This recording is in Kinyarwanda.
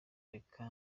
reka